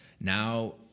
Now